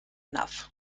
enough